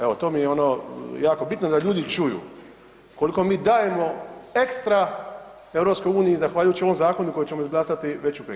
Evo to mi je ono jako bitno da ljudi čuju koliko mi dajemo ekstra EU zahvaljujući ovom zakonu koji ćemo izglasati već u petak.